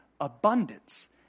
abundance